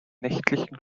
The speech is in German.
nächtlichen